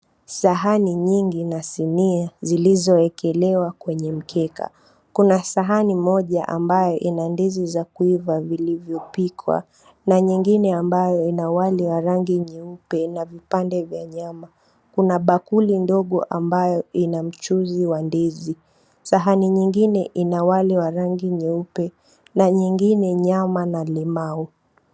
Sahani nyingi na sinia zilizowekelewa kwenye mkeka kuna sahani moja ambayo ina ndizi za kuiva zilizopikwa na nyingine ambayo ina wali wa rangi nyeupe na vipande vya nyama, kuna bakuli ndogo ambayo ina mchuzi wa ndizi, sahani nyingine ina wali wa rangi nyeupe na nyingine wali, nyama na limau.